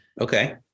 Okay